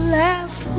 last